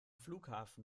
flughafen